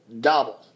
double